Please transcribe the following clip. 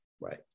right